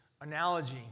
analogy